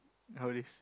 holidays